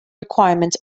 requirements